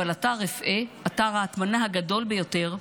אבל אתר אפעה הוא אתר ההטמנה הגדול ביותר.